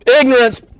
Ignorance